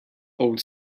old